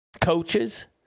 coaches